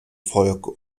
volk